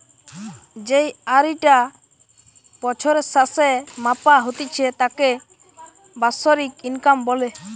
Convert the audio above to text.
যেই আয়ি টা বছরের স্যাসে মাপা হতিছে তাকে বাৎসরিক ইনকাম বলে